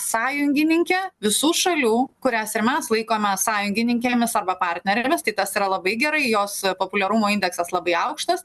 sąjungininke visų šalių kurias ir mes laikome sąjungininkėmis arba partnerėmis tai kas yra labai gerai jos populiarumo indeksas labai aukštas